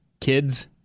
kids